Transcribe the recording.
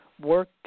work